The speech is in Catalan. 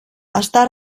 estar